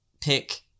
pick